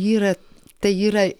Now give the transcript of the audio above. yra tai yra